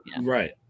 Right